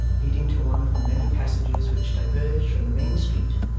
leading to one of the many passages which diverged from the main street,